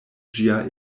ĝia